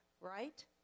right